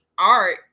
art